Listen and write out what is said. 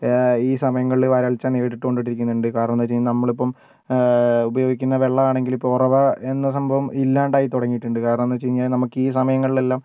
ഈ സമയങ്ങളിൽ വരൾച്ച നേരിട്ടുകൊണ്ട് ഇരിക്കുന്നുണ്ട് കാരണം എന്താ എന്ന് വെച്ചാൽ നമ്മൾ ഇപ്പം ഉപയോഗിക്കുന്ന വെള്ളം ആണെങ്കിലും ഇപ്പം ഉറവ എന്ന സംഭവം ഇല്ലാതെയായി തുടങ്ങിട്ടുണ്ട് കാരണം എന്താ എന്ന് വച്ച് കഴിഞ്ഞാൽ നമുക്ക് ഈ സമയങ്ങളിൽ എല്ലാം